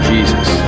Jesus